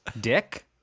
dick